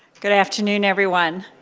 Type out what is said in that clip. good afternoon, everyone.